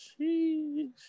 Jeez